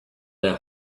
their